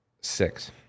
six